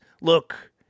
Look